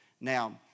Now